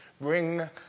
bring